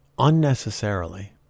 unnecessarily